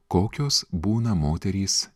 kokios būna moterys